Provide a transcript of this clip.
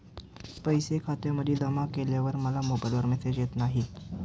पैसे खात्यामध्ये जमा केल्यावर मला मोबाइलवर मेसेज येत नाही?